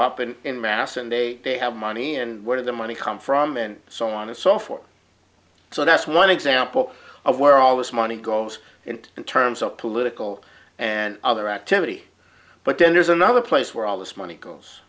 up and in mass and they they have money and where the money come from and so on and so forth so that's one example of where all this money goes and in terms of political and other activity but then there's another place where all this money goes